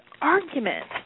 argument